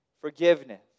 forgiveness